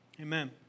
Amen